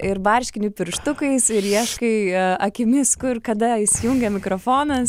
ir barškini pirštukais ir ieškai akimis kur kada įsijungia mikrofonas